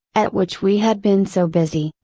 at which we had been so busy,